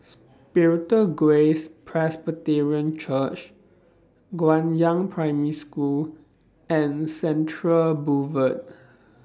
Spiritual Grace Presbyterian Church Guangyang Primary School and Central Boulevard